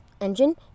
Engine